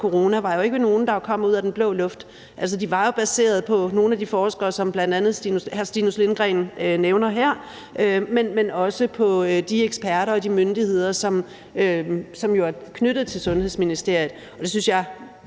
forstand på – jo ikke var nogen, der kom ud af den blå luft. De var jo baseret på nogle af de forskere, som hr. Stinus Lindgreen bl.a. nævner her, men også på de eksperter og de myndigheder, som jo er knyttet til Sundhedsministeriet, og det synes jeg